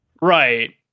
right